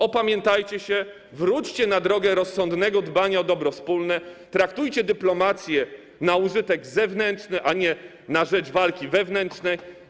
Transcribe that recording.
Opamiętajcie się, wróćcie na drogę rozsądnego dbania o dobro wspólne, traktujcie dyplomację na użytek zewnętrzny, a nie na rzecz walki wewnętrznej.